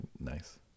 nice